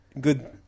good